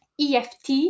EFT